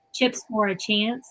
chipsforachance